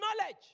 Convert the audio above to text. knowledge